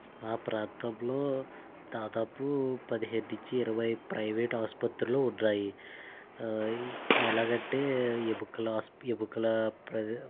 మా ప్రాంతంలో దాదాపు పదిహేను నుంచి ఇరవై ప్రైవేట్ ఆసుపత్రులు ఉన్నాయి ఆ ఎలాగంటే ఎముకల ఆస్ ఎముకల